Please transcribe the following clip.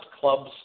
clubs